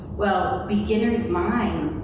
well, beginners' mind.